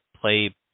play